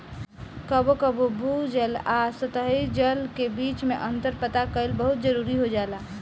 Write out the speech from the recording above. कबो कबो भू जल आ सतही जल के बीच में अंतर पता कईल बहुत जरूरी हो जाला